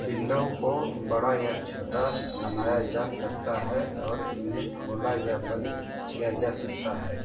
window को बड़ा या छोटा बनाया जा सकता है और इन्हें खोला या बंद किया जा सकता है